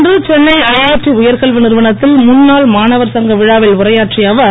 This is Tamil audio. இன்று சென்னை ஐஐடி உயர்கல்வி நிறுவனத்தில் முன்னாள் மாணவர் சங்க விழாவில் உரையாற்றிய அவர்